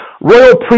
Royal